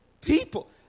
People